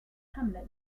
hamlet